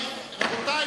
רבותי,